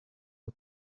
you